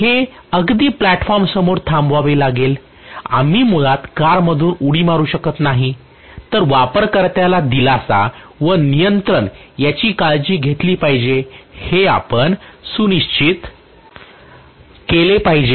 हे अगदी प्लॅटफॉर्म समोर थांबावे लागेल आम्ही मुळात कारमध्ये उडी मारू शकत नाही तर वापरकर्त्याला दिलासा व नियंत्रण याची काळजी घेतली पाहिजे हे आपण सुनिश्चित केले पाहिजे